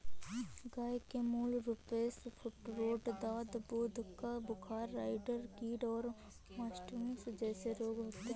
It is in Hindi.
गय के मूल रूपसे फूटरोट, दाद, दूध का बुखार, राईडर कीट और मास्टिटिस जेसे रोग होते हें